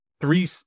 three